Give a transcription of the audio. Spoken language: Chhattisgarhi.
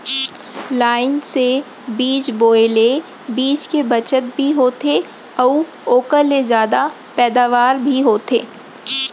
लाइन से बीज बोए ले बीच के बचत भी होथे अउ ओकर ले जादा पैदावार भी होथे